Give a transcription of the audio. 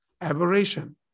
aberration